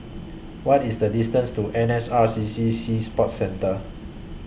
What IS The distance to N S R C C Sea Sports Centre